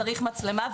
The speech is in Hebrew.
וצריך מצלמה,